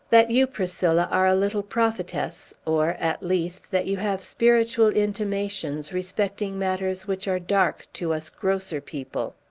that you, priscilla, are a little prophetess, or, at least that you have spiritual intimations respecting matters which are dark to us grosser people.